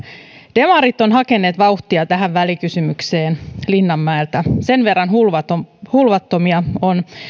demarit ovat hakeneet vauhtia tähän välikysymykseen linnanmäeltä sen verran hulvattomia hulvattomia ovat